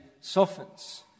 softens